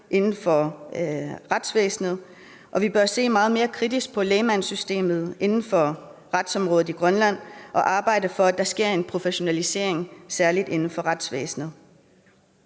inden for retsvæsenet. Vi bør se meget mere kritisk på lægmandssystemet inden for retsområdet i Grønland og arbejde for, at der sker en professionalisering, særlig inden for retsvæsenet.